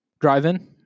drive-in